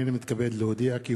הנני מתכבד להודיעכם,